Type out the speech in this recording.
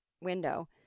window